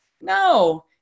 No